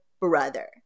brother